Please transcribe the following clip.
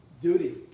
duty